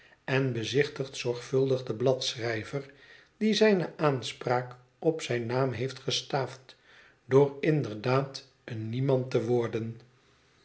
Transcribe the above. en bezichtigt zorgvuldig den bladschrijver die zijne aanspraak op zijn naam heeft gestaafd door inderdaad éen niemand te worden